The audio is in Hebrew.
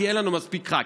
כי אין לנו מספיק ח"כים,